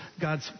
God's